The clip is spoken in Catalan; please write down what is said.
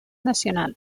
nacional